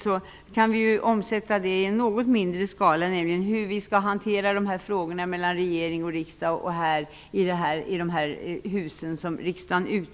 Vi kan omsätta det i något mindre skala, nämligen hur vi skall hantera frågorna mellan regering och riksdag och i de hus som utgör riksdagen.